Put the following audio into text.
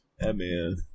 man